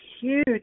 huge